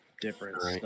difference